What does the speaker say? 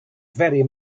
very